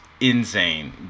insane